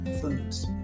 foods